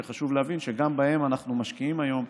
וחשוב להבין שגם בהם אנחנו משקיעים היום,